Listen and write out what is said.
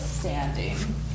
standing